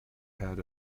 had